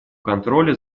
контроля